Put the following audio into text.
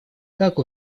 как